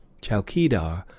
chowkeedar,